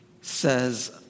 says